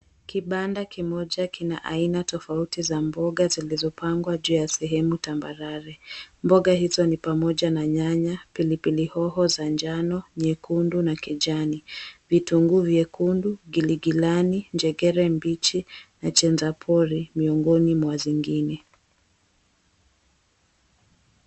Kibanda kimoja kina aina tofauti za mboga zilizopangwa juu ya sehemu tambarare. Mboga hizo ni pamoja na nyanya, pilipilihoho za njano, nyekundu na kijani, vitunguu vyekundu, giligilani, njegere mbichi na chanjapori miongoni mwa zingine.